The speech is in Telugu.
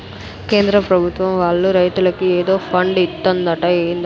కేంద్ర పెభుత్వం వాళ్ళు రైతులకి ఏదో ఫండు ఇత్తందట ఏందది